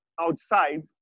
outside